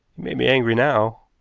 made me angry now,